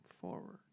forward